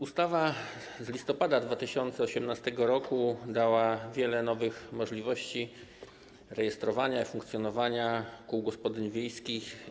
Ustawa z listopada 2018 r. dała wiele nowych możliwości w zakresie rejestrowania i funkcjonowania kół gospodyń wiejskich.